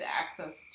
access